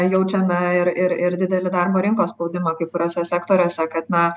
jaučiame ir ir ir didelį darbo rinkos spaudimą kai kuriuose sektoriuose kad na